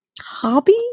Hobby